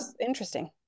interesting